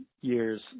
years